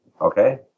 Okay